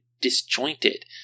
disjointed